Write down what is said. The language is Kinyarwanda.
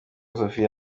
sofia